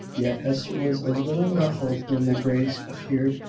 yet hester was a little ruffled when the greys appeared.